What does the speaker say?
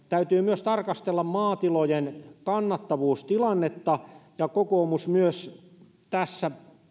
täytyy myös tarkastella maatilojen kannattavuustilannetta kokoomus tässä